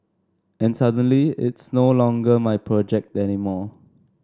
and suddenly it's no longer my project anymore